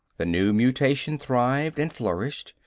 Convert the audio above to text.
the new mutation thrived and flourished.